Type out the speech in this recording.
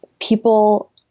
people